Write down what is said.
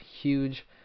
huge